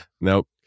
nope